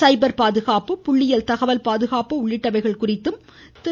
சைபர் பாதுகாப்பு புள்ளியல் தகவல் பாதுகாப்பு உள்ளிட்டவைகள் குறித்தும் திரு